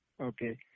Okay